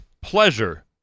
pleasure